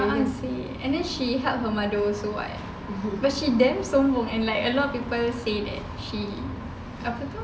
a'ah seh and then she help her mother also [what] but she damn sombong and like a lot of people say that she apa tu